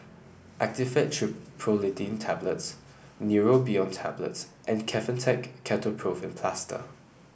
Actifed Triprolidine Tablets Neurobion Tablets and Kefentech Ketoprofen Plaster